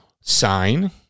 sign